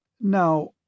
Now—